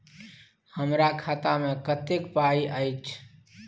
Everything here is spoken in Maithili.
हमरा खाता में कत्ते पाई अएछ?